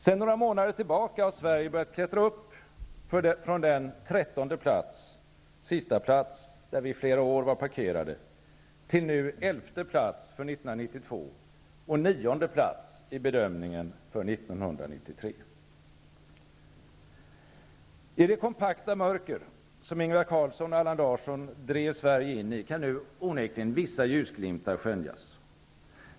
Sedan några månader tillbaka har Sverige börjat klättra upp från den trettonde plats -- sistaplats -- där vi i flera år varit parkerade, till nu elfte plats för 1992 I det kompakta mörker som Ingvar Carlsson och Allan Larsson drev Sverige in i kan nu onekligen vissa ljusglimtar skönjas.